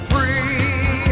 Free